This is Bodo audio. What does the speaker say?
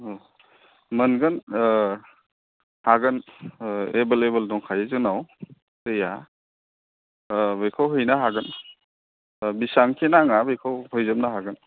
मोनगोन हागोन एभेलेबल दंखायो जोंनाव दैया बेखौ हैनो हागोन बेसेबांखि नाङा बेखौ हैजोबनो हागोन